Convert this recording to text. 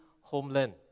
homeland